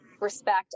respect